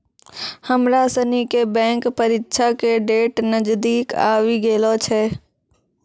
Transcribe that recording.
हमरा सनी के बैंक परीक्षा के डेट नजदीक आवी गेलो छै